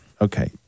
okay